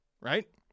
Right